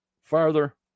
farther